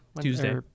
Tuesday